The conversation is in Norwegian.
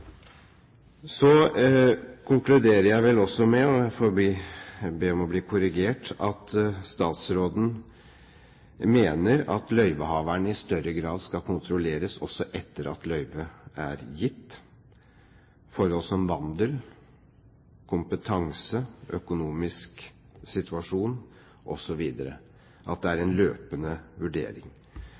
Så konkluderer jeg vel også med – jeg får be om å bli korrigert – at statsråden mener at løyvehaveren i større grad skal kontrolleres også etter at løyvet er gitt, at det er en løpende vurdering av forhold som vandel, kompetanse, økonomisk situasjon,